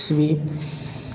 छी